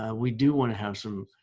ah we do want to have some,